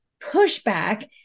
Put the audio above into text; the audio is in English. pushback